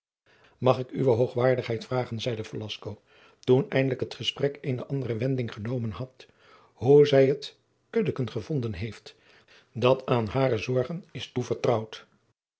mag ik uwe hoogwaardigheid vragen zeide velasco toen eindelijk het gesprek eene andere wending genomen had hoe zij het kuddeken gevonden heeft dat aan hare zorgen is toevertrouwd